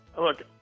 Look